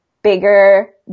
bigger